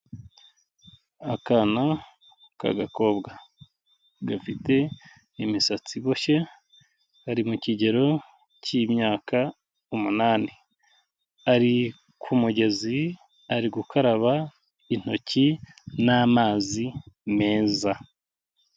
Akana k'agakobwa gafite imisatsi iboshye kari mu kigero cy'imyaka umunani kari ku mugezi kari gukaraba intoki namazi meza.